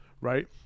right